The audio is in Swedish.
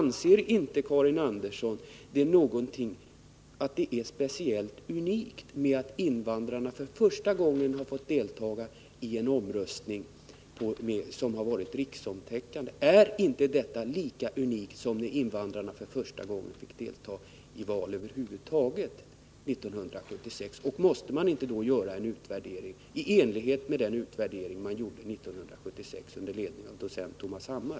Anser inte Karin Andersson att det är något unikt att invandrarna för första gången har fått delta i en omröstning som var riksomfattande? Är inte detta lika unikt som när de 1976 för första gången fick delta i val över huvud taget? Måste man inte i så fall göra en utvärdering i enlighet med den som gjordes 1976 under ledning av docent Tomas Hammar?